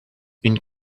une